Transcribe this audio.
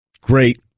Great